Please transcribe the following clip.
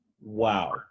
Wow